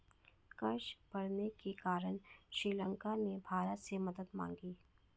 कर्ज बढ़ने के कारण श्रीलंका ने भारत से मदद मांगी